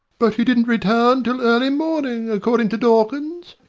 but you didn't return till early morning, according to dawkins.